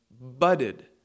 budded